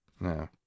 No